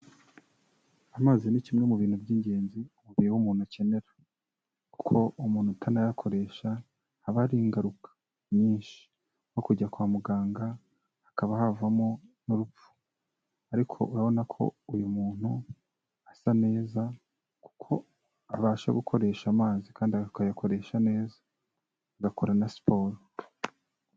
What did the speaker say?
Amazi ni kimwe mu bintu by'ingenzi umubiri w'umuntu ukenera, kuko umuntu utanayakoresha haba hari ingaruka nyinshi, nko kujya kwa muganga hakaba havamo n'urupfu. Ariko urabona ko uyu muntu asa neza kuko abasha gukoresha amazi kandi akayakoresha neza, agakora na siporo.